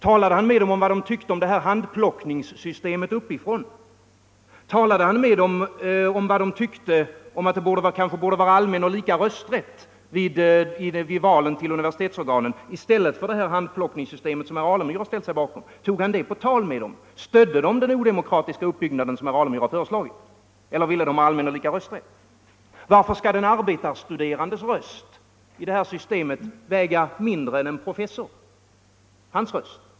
Talade han med dem om vad de tyckte om det här handplockningssystemet uppifrån? Frågade han dem om de tyckte att det borde finnas allmän och lika rösträtt vid valen till universitetsorganen i stället för det här handplockningssystemet som herr Alemyr har ställt sig bakom? Förde han det på tal? Stödde de den odemokratiska uppbyggnad som herr Alemyr har föreslagit eller ville de ha allmän och lika rösträtt? Varför skall den arbetarstuderandes röst i detta system väga mindre än en professors röst?